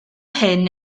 hyn